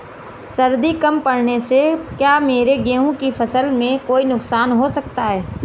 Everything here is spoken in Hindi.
सर्दी कम पड़ने से क्या मेरे गेहूँ की फसल में कोई नुकसान हो सकता है?